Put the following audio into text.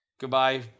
Goodbye